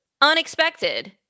unexpected